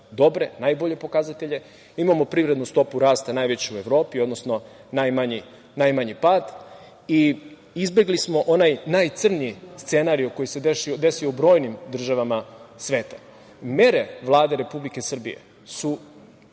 dobre, najbolje pokazatelje. Imamo privrednu stopu rasta najveću u Evropi, odnosno najmanji pad i izbegli smo onaj najcrnji scenario koji se desio u brojnim državama sveta. Mere Vlade Republike Srbije su